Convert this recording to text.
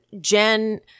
Jen